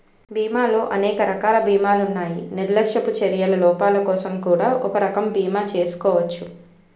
బీమాలో అనేక రకాల బీమాలున్నాయి నిర్లక్ష్యపు చర్యల లోపాలకోసం కూడా ఒక రకం బీమా చేసుకోచ్చు